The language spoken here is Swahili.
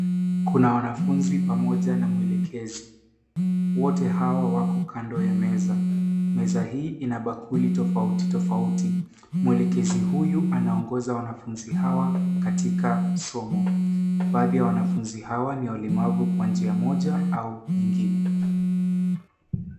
Kuna wanafunzi pamoja na mwelekezi. Wote hawa wako kando ya meza. Meza hii ina bakuli tofauti tofauti. Mwelekezi huyu anaongoza wanafunzi hawa katika somo. Baadhi ya wanafunzi hawa ni walemavu kwa njia moja au nyingine.